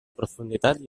profunditat